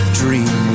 dream